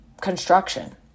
construction